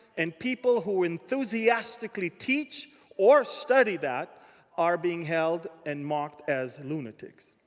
and people who, enthusiastically, teach or study that are being held and marked as lunatics.